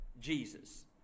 Jesus